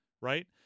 right